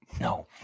No